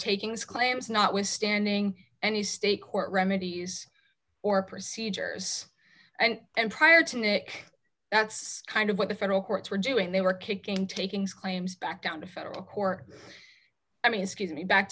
takings claims notwithstanding any state court remedies or procedures and and prior to nick that's kind of what the federal courts were doing they were kicking takings claims back down to federal court i mean escapes me back